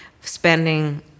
spending